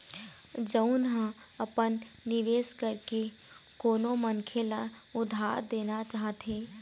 जउन ह अपन निवेश करके कोनो मनखे ल उधार देना चाहथे